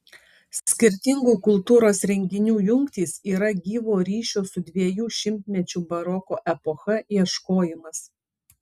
skirtingų kultūros renginių jungtys yra gyvo ryšio su dviejų šimtmečių baroko epocha ieškojimas